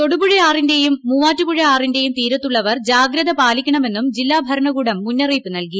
തൊടുപുഴയാറിന്റെ മൂവാറ്റുപ്പുഴയാറിന്റെ തീരത്തുള്ളവർ ജാഗ്രത പാലിക്കണമെന്നും ജില്ലാക് ഭരണകൂടം മുന്നറിയിപ്പ് നൽകി